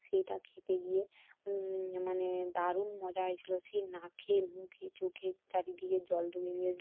সেটা খেতে গিয়ে মানে দারুণ মজা হয়েছিলো সে নাকে মুখে চোখে চারিদিকে জল ঢুকে গিয়েছিলো